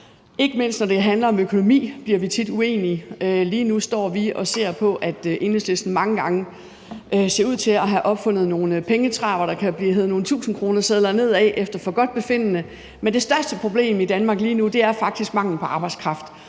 ikke mindst når det handler om økonomi, bliver vi tit uenige. Lige nu står vi og ser på, at Enhedslisten mange gange ser ud til at have opfundet nogle pengetræer, hvor der kan blive hevet nogle tusindkronesedler ned fra efter forgodtbefindende. Men det største problem i Danmark lige nu er faktisk manglen på arbejdskraft,